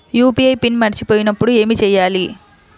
UPI PIN మరచిపోయినప్పుడు ఏమి చేయాలి?